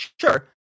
sure